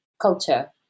culture